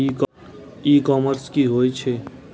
ई commerce की होए छै?